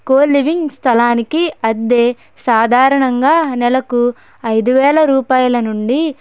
coliving స్థలానికి అద్దే సాధారణంగా నెలకు అయిదు వేల రూపాయల నుండి